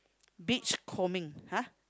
beach combing !huh!